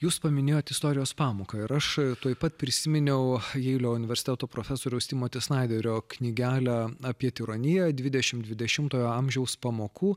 jūs paminėjot istorijos pamoką ir aš tuoj pat prisiminiau jeilio universiteto profesoriaus timo tesnaiderio knygelę apie tironiją dvidešimt dvidešimtojo amžiaus pamokų